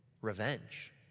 revenge